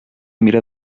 mira